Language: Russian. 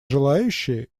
желающие